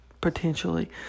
potentially